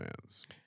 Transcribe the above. fans